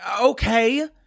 okay